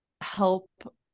help